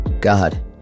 God